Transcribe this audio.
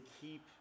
keep